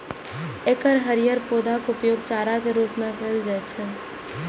एकर हरियर पौधाक उपयोग चारा के रूप मे कैल जाइ छै